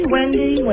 Wendy